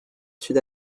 sud